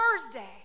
Thursday